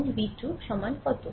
এবং v 2 সমান কত